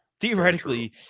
Theoretically